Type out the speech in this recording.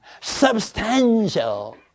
substantial